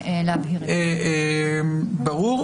ברור,